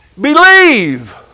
Believe